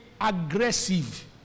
aggressive